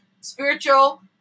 spiritual